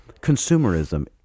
consumerism